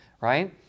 right